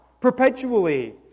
perpetually